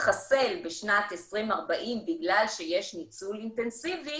מתחסל בשנת 2040 בגלל שיש ניצול אינטנסיבי